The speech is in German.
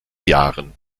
jahren